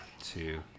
Two